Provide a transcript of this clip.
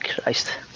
Christ